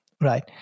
right